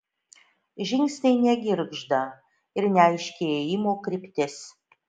žingsniai negirgžda ir neaiški ėjimo kryptis